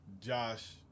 Josh